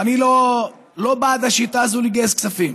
ואני לא בעד השיטה הזאת לגייס כספים,